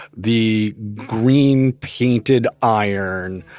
the green painted iron,